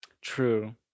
true